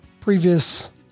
previous